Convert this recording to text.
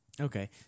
Okay